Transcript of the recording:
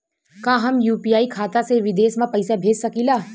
का हम यू.पी.आई खाता से विदेश म पईसा भेज सकिला?